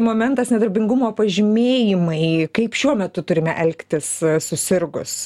momentas nedarbingumo pažymėjimai kaip šiuo metu turime elgtis susirgus